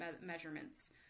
measurements